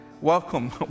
Welcome